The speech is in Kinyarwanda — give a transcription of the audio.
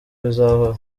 bizahora